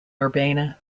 urbana